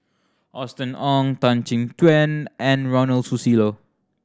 Austen Ong Tan Chin Tuan and Ronald Susilo